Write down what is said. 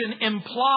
implies